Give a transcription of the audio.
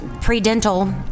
pre-dental